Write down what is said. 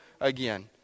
again